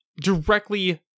directly